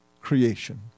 creation